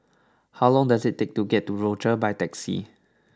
how long does it take to get to Rochor by taxi